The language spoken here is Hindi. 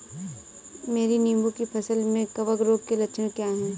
मेरी नींबू की फसल में कवक रोग के लक्षण क्या है?